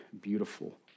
beautiful